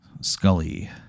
Scully